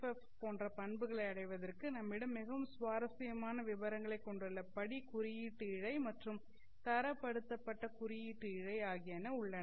F போன்ற பண்புகளை அடைவதற்கு நம்மிடம் மிகவும் சுவாரஸ்யமான விபரங்களை கொண்டுள்ள படி குறியீட்டு இழை மற்றும் தரப்படுத்தப்பட்ட குறியீட்டு இழை ஆகியன உள்ளன